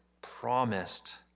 promised